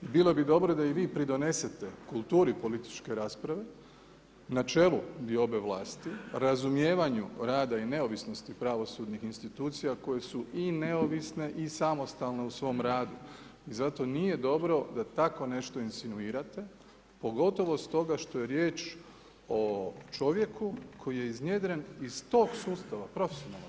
Bilo bi dobro da i vi pridonesete kulturi političke rasprave, na čelu diobe vlasti, razumijevanju rada i neovisnosti pravosudnih institucija koje su i neovisne i samostalne u svom radu, i zato nije dobro da tako nešto insinuirate, pogotovo stoga što je riječ o čovjeku koji je iznjedren iz tog sustava, profesionalnog.